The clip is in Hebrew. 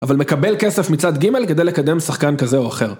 אבל מקבל כסף מצד ג' כדי לקדם שחקן כזה או אחר